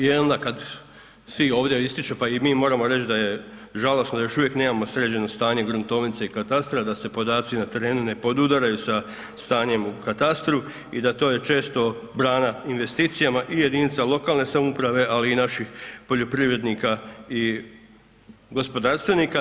I onda kada svi ovdje ističu pa i mi moramo reći da je žalosno da još uvijek nemamo sređeno stanje gruntovnice i katastra da se podaci na terenu ne podudaraju sa stanjem u katastru i je to često brana investicijama i jedinica lokalne samouprave, ali i naših poljoprivrednika i gospodarstvenika.